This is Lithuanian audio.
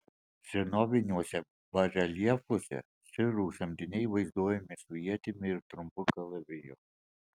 senoviniuose bareljefuose sirų samdiniai vaizduojami su ietimi ir trumpu kalaviju